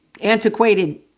antiquated